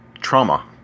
trauma